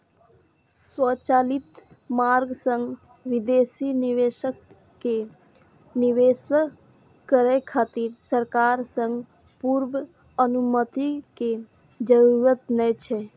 स्वचालित मार्ग सं विदेशी निवेशक कें निवेश करै खातिर सरकार सं पूर्व अनुमति के जरूरत नै छै